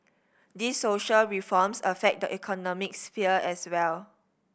these social reforms affect the economic sphere as well